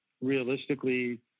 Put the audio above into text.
realistically